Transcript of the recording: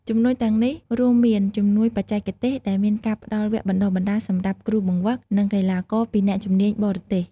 ជំនួយទាំងនេះរួមមាន៖ ជំនួយបច្ចេកទេស ដែលមានការផ្ដល់វគ្គបណ្ដុះបណ្ដាលសម្រាប់គ្រូបង្វឹក និងកីឡាករពីអ្នកជំនាញបរទេស។